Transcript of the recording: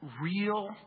real